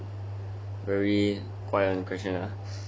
very guai lan question ah